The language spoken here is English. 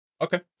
Okay